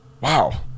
wow